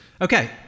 Okay